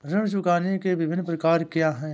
ऋण चुकाने के विभिन्न प्रकार क्या हैं?